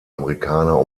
amerikaner